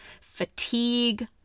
fatigue